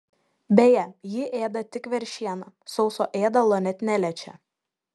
beje ji ėda tik veršieną sauso ėdalo net neliečia